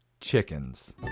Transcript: chickens